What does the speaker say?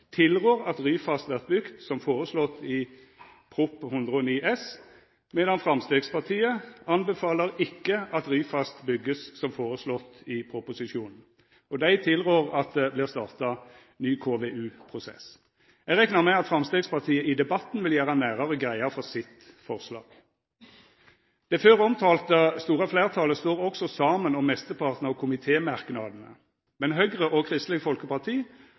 tilrår at Ryfast vert bygd som foreslått i Prop. 109 S, medan Framstegspartiet «anbefaler ikke at rv. 13 Ryfylkesambandet bygges som foreslått i Prop. 109 S ». Dei tilrår at det vert starta ny KVU-prosess. Eg reknar med at Framstegspartiet i debatten vil gjera nærare greie for sitt forslag. Det før omtalte store fleirtalet står òg saman om mesteparten av komitémerknadene, men Høgre og Kristeleg Folkeparti